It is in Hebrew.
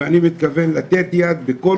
ואני מתכוון לתת יד בכל כוחי,